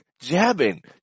jabbing